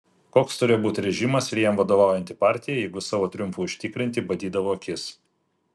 koks turėjo būti režimas ir jam vadovaujanti partija jeigu savo triumfui užtikrinti badydavo akis